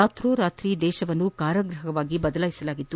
ರಾತ್ರೋರಾತ್ರಿ ದೇಶವನ್ನು ಕಾರಾಗೃಹವನ್ನಾಗಿ ಬದಲಾಗಿಸಲಾಗಿತ್ತು